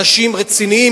אנשים רציניים,